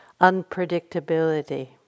unpredictability